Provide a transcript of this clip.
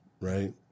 right